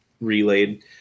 relayed